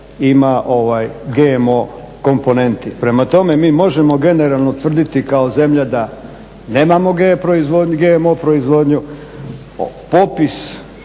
ima GMO komponenti. Prema tome, mi možemo generalno tvrditi kao zemlja da nemamo GMO proizvodnju, popis